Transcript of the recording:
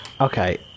okay